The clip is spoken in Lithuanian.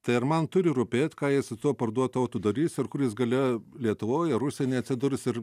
tai ar man turi rūpėt ką jis su tuo parduotu auto darys ir kur jis gale lietuvoj ar užsieny atsidurs ir